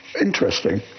interesting